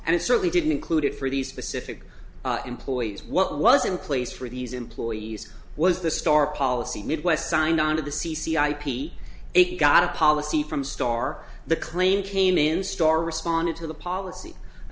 and it certainly didn't include it for the specific employees what was in place for these employees was the star policy midwest signed on to the c c ip it got a policy from star the claim came in star responded to the policy i